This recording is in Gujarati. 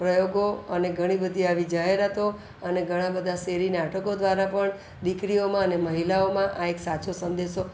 પ્રયોગો અને ઘણી બધી આવી જાહેરાતો અને ઘણા બધા શેરી નાટકો દ્વારા પણ દીકરીઓમાં અને મહિલાઓમાં આ એક સાચો સંદેશો